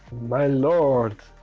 my lord.